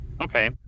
okay